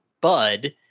Bud